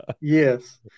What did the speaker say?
yes